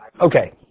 Okay